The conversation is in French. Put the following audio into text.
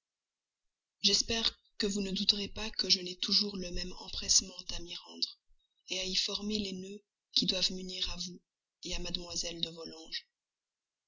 j'espère que vous ne douterez pas que je n'ai toujours le même empressement à m'y rendre à y former les nœuds qui doivent m'unir à vous à mlle de